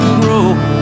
grow